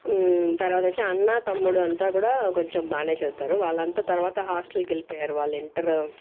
తర్వాత వచ్చి అన్నా తమ్ముడు అంతా కూడా కొంచెం బాగానే చదువుతారు వాళ్ళంతా తర్వాత హాస్టల్ కి వెళ్ళిపోయారు వాళ్ళు ఇంటర్